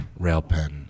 Railpen